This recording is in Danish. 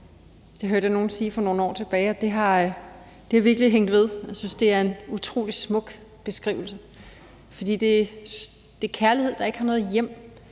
Det hørte jeg nogen sige for nogle år tilbage, og det har virkelig hængt ved. Jeg synes, det er en utrolig smuk beskrivelse, for det er kærlighed, der ikke har noget hjem.